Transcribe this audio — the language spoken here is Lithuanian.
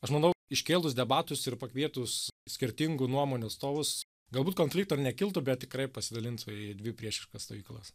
aš manau iškėlus debatus ir pakvietus skirtingų nuomonių atstovus galbūt konflikto nekiltų bet tikrai pasidalins į dvi priešiškas stovyklas